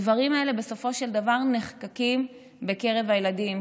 הדברים האלה בסופו של דבר נחקקים בקרב הילדים.